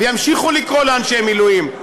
וימשיכו לקרוא לאנשי מילואים.